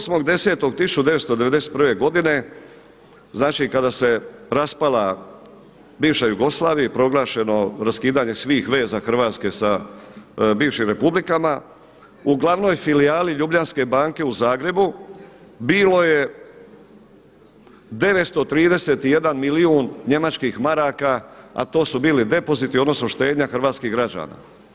8.10.1991. godine znači kada se raspala bivša Jugoslavija i proglašeno raskidanje svih veza Hrvatske sa bivšim republikama u glavnoj filijali Ljubljanske banke u Zagrebu bilo je 931 milijun njemačkih maraka a to su bili depoziti odnosno štednja hrvatskih građana.